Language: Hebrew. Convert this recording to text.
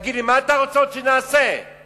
תגיד לי, מה אתה רוצה שנעשה עוד?